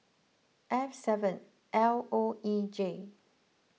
F seven L O E J